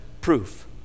proof